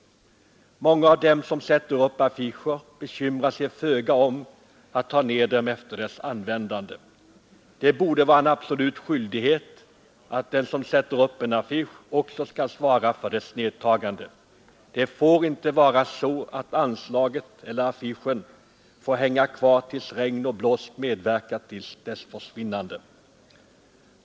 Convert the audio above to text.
Många av dem som sätter upp affischer bekymrar sig föga om att ta ned dem efter deras användande. Det borde vara en absolut skyldighet att den som sätter upp en affisch också skall svara för dess nedtagande. Det får inte vara så att anslaget eller affischen får hänga kvar tills regn och blåst medverkat till dess försvinnande.